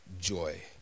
joy